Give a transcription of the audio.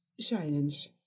Silence